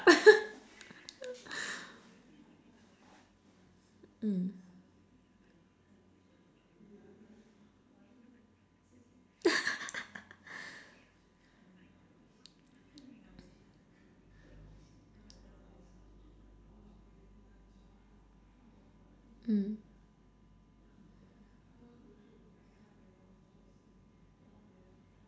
mm mm